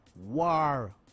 war